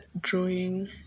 drawing